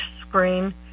screen